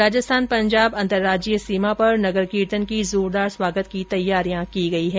राजस्थान पंजाब अंतरराज्यीय सीमा पर नगर कीर्तन की जोरदार स्वागत की तैयारियां की गई है